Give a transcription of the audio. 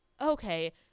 okay